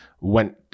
went